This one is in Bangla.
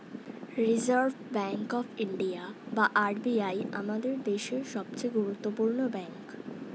রিসার্ভ ব্যাঙ্ক অফ ইন্ডিয়া বা আর.বি.আই আমাদের দেশের সবচেয়ে গুরুত্বপূর্ণ ব্যাঙ্ক